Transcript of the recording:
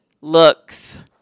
looks